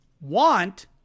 want